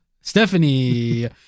Stephanie